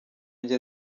njye